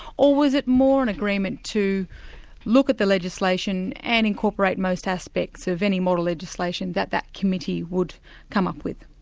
or was it more an agreement to look at the legislation and incorporate most aspects of any model legislation that that committee would come up with?